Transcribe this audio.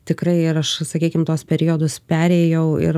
tikrai ir aš sakykim tuos periodus perėjau ir